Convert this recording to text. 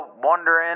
wondering